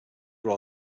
were